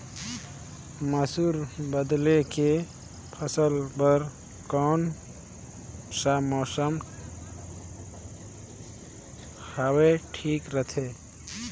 मसुर बदले के फसल बार कोन सा मौसम हवे ठीक रथे?